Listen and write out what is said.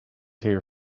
here